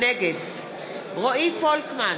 נגד רועי פולקמן,